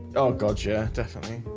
oh god, yeah definitely